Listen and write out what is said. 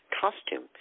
costume